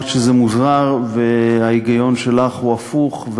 אמרת שזה מוזר וההיגיון שלך הוא הפוך,